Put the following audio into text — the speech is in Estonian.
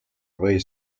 või